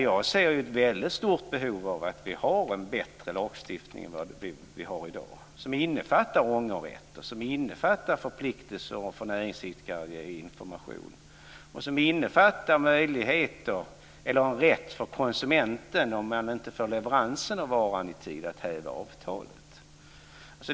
Jag ser där ett väldigt stort behov av att vi får en bättre lagstiftning än vi har i dag som innefattar ångerrätt, som innefattar förpliktelser för näringsidkare att ge information, och som innefattar en rätt för konsumenten, om han eller hon inte får varan levererad i tid, att häva avtalet.